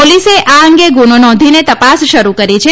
પોલીસે આ અંગે ગુનો નોંધીને તપાસ શરૂ કરી છે